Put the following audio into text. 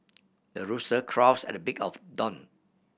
the rooster crows at the break of dawn